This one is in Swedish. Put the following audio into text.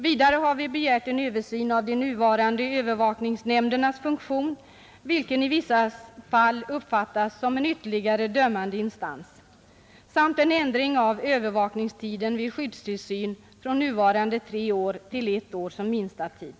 Vidare har vi begärt en översyn av de nuvarande övervakningsnämn dernas funktion — nämnderna uppfattas i vissa fall som ytterligare en Nr 71 dömande instans — samt en ändring av övervakningstiden vid skyddstill Onsdagen den syn från nuvarande tre till ett år som kortaste tid.